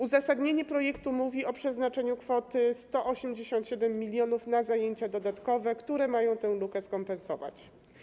Uzasadnienie projektu mówi o przeznaczeniu kwoty 187 mln zł na zajęcia dodatkowe, które mają tę lukę skompensować.